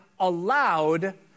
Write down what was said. allowed